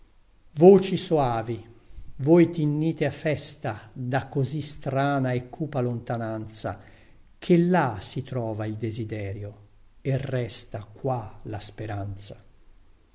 voci soavi voi tinnite a festa da così strana e cupa lontananza che là si trova il desiderio e resta qua la speranza